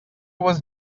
was